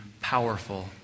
powerful